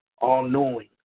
all-knowing